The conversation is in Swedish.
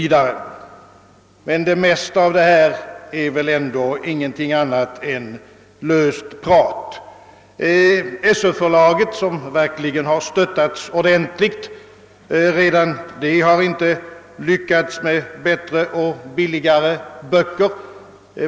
Men det mesta av detta är väl ändå ingenting annat än löst prat. Inte ens SÖ-förlaget som verkligen har stöttats ordentligt har lyckats framställa bättre och billigare böcker.